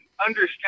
understand